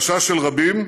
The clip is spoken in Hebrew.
החשש של רבים,